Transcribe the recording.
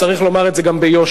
צריך לומר גם את זה ביושר.